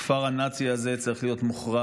הכפר הנאצי הזה צריך להיות מוחרב.